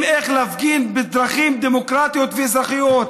איך להפגין בדרכים דמוקרטיות ואזרחיות?